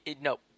No